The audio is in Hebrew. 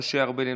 משה ארבל,